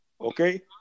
Okay